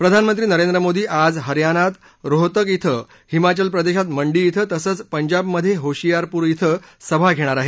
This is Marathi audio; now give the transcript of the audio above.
प्रधानमंत्री नरेंद्र मोदी आज हरयानात रोहतक क्वि हिमाचल प्रदेशात मंडी क्वि तसंच पंजाबमधे होशियारपूर क्वि सभा घेणार आहेत